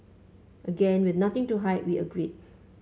again with nothing to hide we agreed